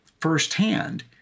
firsthand